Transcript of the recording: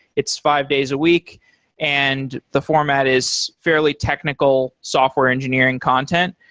it's five days a week and the format is fairly technical software engineering content.